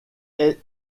est